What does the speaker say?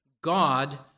God